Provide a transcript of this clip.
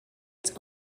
its